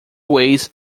ways